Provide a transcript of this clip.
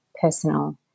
personal